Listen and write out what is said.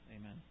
Amen